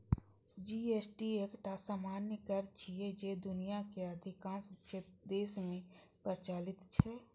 GST एकटा सामान्य कर छियै, जे दुनियाक अधिकांश देश मे प्रचलित छै